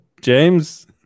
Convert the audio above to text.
James